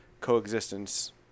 coexistence